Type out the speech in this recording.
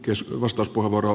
arvoisa puhemies